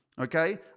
okay